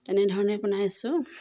তেনেধৰণে বনাই আছোঁ